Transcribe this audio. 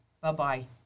Bye-bye